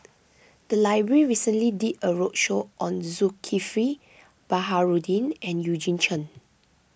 the library recently did a roadshow on Zulkifli Baharudin and Eugene Chen